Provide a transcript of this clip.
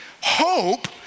Hope